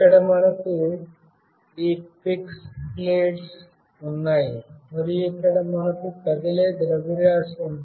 ఇక్కడ మనకు ఈ ఫిక్స్డ్ ప్లేట్స్ ఉన్నాయి మరియు ఇక్కడ మనకు కదిలే ద్రవ్యరాశి ఉంది